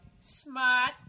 smart